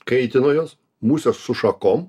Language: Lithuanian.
kaitino juos musė su šakom